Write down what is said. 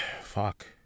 fuck